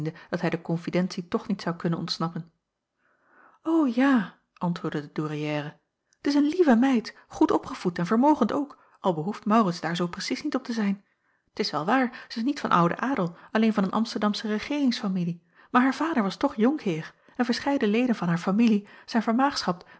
dat hij de konfidentie toch niet zou kunnen ontsnappen o ja antwoordde de douairière t is een lieve meid goed opgevoed en vermogend ook al behoeft maurits daar zoo precies niet op te zien t is wel waar zij is niet van ouden adel alleen van een amsterdamsche regeeringsfamilie maar haar vader was toch jonkheer en verscheiden leden van haar familie zijn